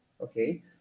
okay